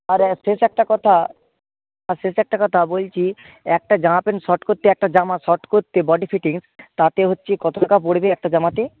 আর শেষ একটা কথা আর শেষ একটা কথা বলছি একটা জামা প্যান্ট শর্ট করতে একটা জামা শর্ট করতে বডি ফিটিংস তাতে হচ্ছে কত টাকা পড়বে একটা জামাতে